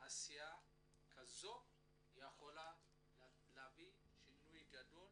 שעשיה כזאת יכולה להביא שינוי גדול